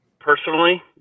Personally